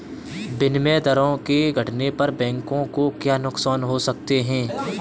विनिमय दरों के घटने पर बैंकों को क्या नुकसान हो सकते हैं?